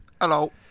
Hello